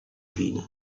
fine